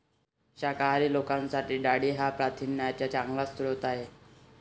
शाकाहारी लोकांसाठी डाळी हा प्रथिनांचा चांगला स्रोत आहे